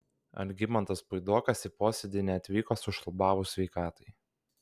algimantas puidokas į posėdį neatvyko sušlubavus sveikatai